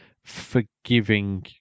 forgiving